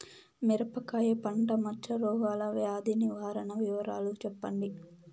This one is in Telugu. మిరపకాయ పంట మచ్చ రోగాల వ్యాధి నివారణ వివరాలు చెప్పండి?